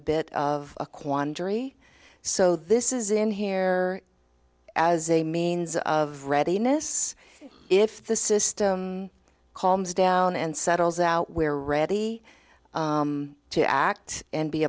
bit of a quandary so this is in here as a means of readiness if the system calls down and settles out where ready to act and be